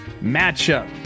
matchup